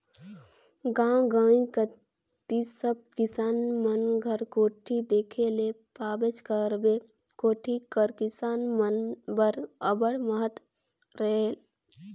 गाव गंवई कती सब किसान मन घर कोठी देखे ले पाबेच करबे, कोठी कर किसान मन बर अब्बड़ महत रहेल